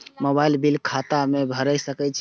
Mobile bill खाता से भेड़ सके छि?